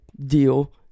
deal